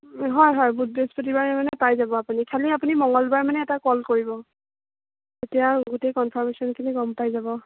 হয় হয় বুধ বৃহস্পতিবাৰে মানে পাই যাব আপুনি খালি আপুনি মঙলবাৰ মানে এটা কল কৰিব তেতিয়া গোটেই কনফাৰ্মেচনখিনি গম পাই যাব